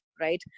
Right